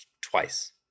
twice